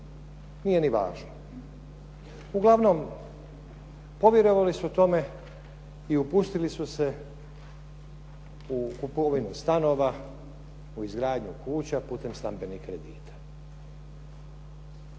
nije ni važno. Uglavnom povjerovali su tome i upustili su se u kupovinu stanova, u izgradnju kuća putem stambenih kredita.